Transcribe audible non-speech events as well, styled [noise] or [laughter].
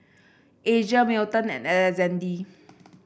Asia Milton and Alexazde [noise]